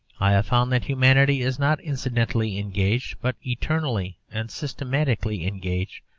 i have found that humanity is not incidentally engaged, but eternally and systematically engaged,